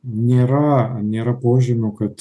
nėra nėra požymių kad